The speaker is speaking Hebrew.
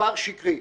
מספר שקרי.